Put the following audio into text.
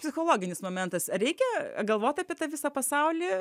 psichologinis momentas reikia galvot apie tą visą pasaulį